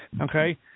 Okay